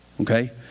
Okay